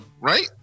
right